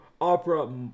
Opera